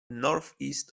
northeast